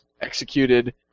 executed